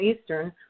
Eastern